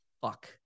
fuck